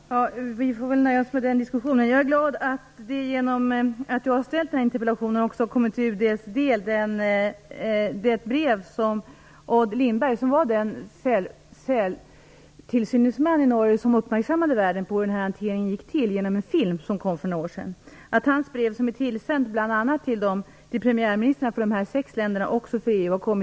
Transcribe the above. Herr talman! Vi får väl nöja oss med den diskussionen. Genom att jag har ställt den här interpellationen har brevet från Odd Lindberg - den sältillsynsman i Norge som i en film som kom för några år sedan uppmärksammade världen på hur hanteringen gick till - som bl.a. har sänts till premiärministrarna i de sex berörda länderna och EU nu kommit UD till del.